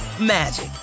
magic